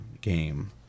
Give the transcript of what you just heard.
game